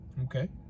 Okay